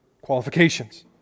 qualifications